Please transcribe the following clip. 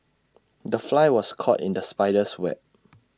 the fly was caught in the spider's web